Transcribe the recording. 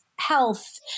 health